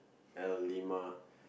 L lima